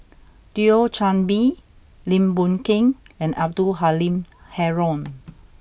Thio Chan Bee Lim Boon Keng and Abdul Halim Haron